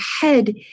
head